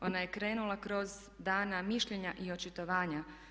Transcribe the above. Ona je krenula kroz dana mišljenja i očitovanja.